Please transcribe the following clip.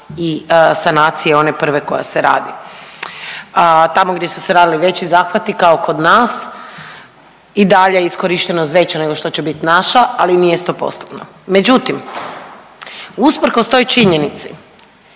i sanacije one prve koje se radi. Tamo gdje su se radili veći zahvati kao kod nas, i dalje je iskorištenost veća nego što će bit naša, ali nije 100 postotna. Međutim, usprkos toj činjenici